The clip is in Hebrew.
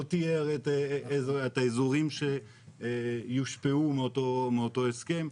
לא תיאר את האזורים שיושפעו מאותו הסכם.